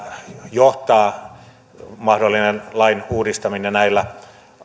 johtaa mahdollinen lain uudistaminen näillä